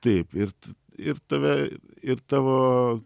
taip ir ir tave ir tavo